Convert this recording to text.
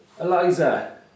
Eliza